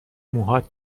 موهات